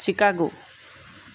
Chicago